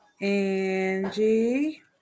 Angie